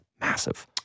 massive